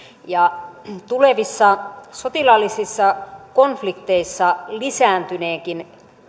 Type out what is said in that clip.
tulevissa sotilaallisissa konflikteissa lisääntyneekin